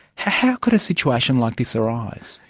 how could a situation like this arise?